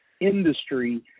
industry